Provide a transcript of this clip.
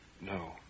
No